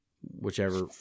whichever